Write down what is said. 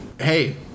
Hey